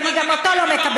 ואני גם אותו לא מקבלת.